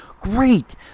great